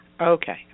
Okay